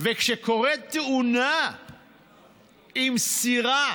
וכשקורית תאונה עם סירה